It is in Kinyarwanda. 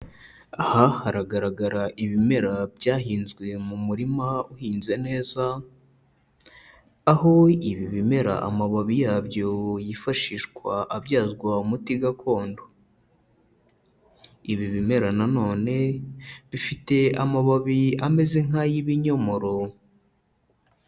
Aha haragaragara ibimera byahinzwe mu murima uhinze neza, aho ibi bimera amababi yabyo yifashishwa abyazwa umuti gakondo, ibi bimera na none bifite amababi ameze nk'ayibinyomoro.